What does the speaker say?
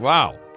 Wow